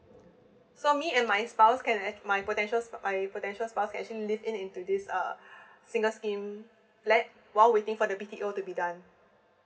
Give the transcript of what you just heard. so me and my spouse can a~ my potential my potential spouse actually live in into this uh single scheme flat while waiting for the B_T_O to be done